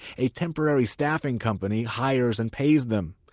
a temporary staffing company hires and pays them.